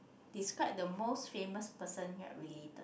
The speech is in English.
describe the most famous person related